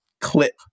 clip